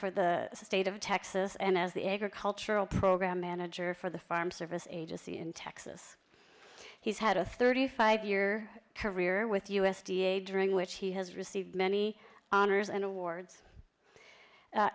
for the state of texas and as the agricultural program manager for the farm service agency in texas he's had a thirty five year career with u s d a during which he has received many honors and awards